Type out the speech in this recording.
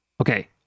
Okay